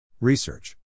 Research